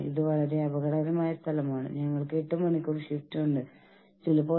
അപ്പോൾ തൊഴിൽ ബന്ധങ്ങൾ നോക്കുന്നതിനുള്ള ചില വഴികൾ